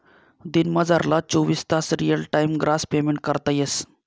दिनमझारला चोवीस तास रियल टाइम ग्रास पेमेंट करता येस